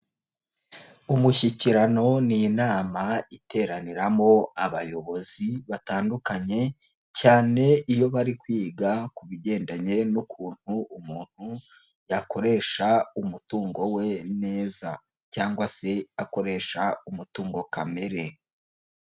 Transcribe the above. Umushyikirano ni inama iteraniramo abayobozi batandukanye cyane iyo barikwiga ku bigendanye n'ukuntu umuntu yakoresha umutungo we neza, cyangwa se akoresha umutungo kamere.